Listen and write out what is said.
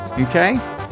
Okay